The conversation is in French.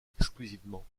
exclusivement